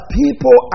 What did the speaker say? people